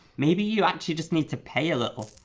maybe you actually just need to pay a little.